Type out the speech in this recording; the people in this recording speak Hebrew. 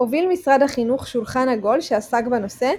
הוביל משרד החינוך שולחן עגול שעסק בנושא,